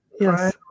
yes